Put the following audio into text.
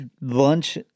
lunch